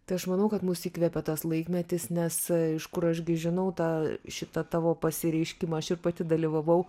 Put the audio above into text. tai aš manau kad mus įkvėpė tas laikmetis nes iš kur aš gi žinau tą šitą tavo pasireiškimą aš ir pati dalyvavau